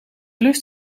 lust